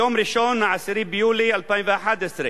יום ראשון, 10 ביולי 2011,